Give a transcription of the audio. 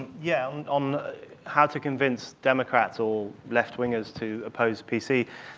yeah, on how to convince democrats or left-wingers to oppose p c,